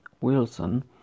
Wilson